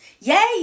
Yay